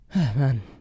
Man